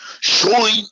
showing